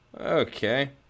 Okay